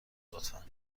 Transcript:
لطفا